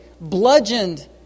bludgeoned